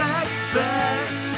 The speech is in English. expect